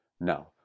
Now